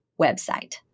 website